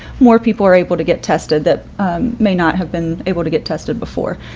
more people are able to get tested that may not have been able to get tested before.